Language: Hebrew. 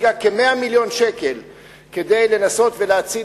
השיגה כ-100 מיליון ש"ח כדי לנסות להציל